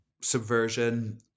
subversion